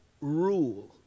rule